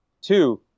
two